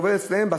עובדת אצלם,